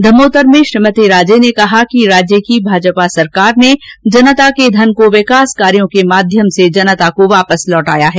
धमोतर में श्रीमती राजे ने कहा कि राज्य की भाजपा सरकार ने जनता के धन को विकास कार्यों के माध्यम से जनता को वापस लौटाया है